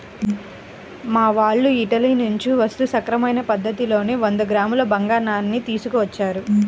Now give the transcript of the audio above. మా వాళ్ళు ఇటలీ నుంచి వస్తూ సక్రమమైన పద్ధతిలోనే వంద గ్రాముల బంగారాన్ని తీసుకొచ్చారు